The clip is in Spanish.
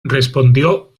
respondió